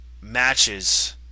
matches